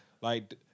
like-